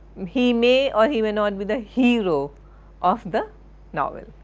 he may or he may not be the hero of the novel,